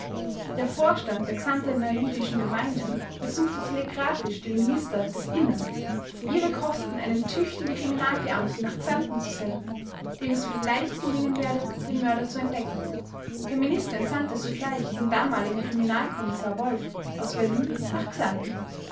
der vorstand der xantener jüdischen gemeinde ersuchte telegraphisch den minister des innern auf ihre kosten einen tüchtigen kriminalbeamten nach xanten zu senden dem es vielleicht gelingen werde den mörder zu entdecken der minister entsandte sogleich den damaligen kriminalkommissar wolff aus berlin nach